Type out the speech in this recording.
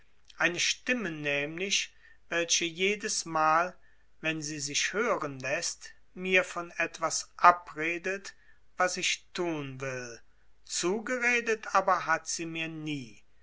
eine stimme nämlich welche jedesmal wenn sie sich hören läßt mir von etwas abredet was ich tun will zugeredet aber hat sie mir nie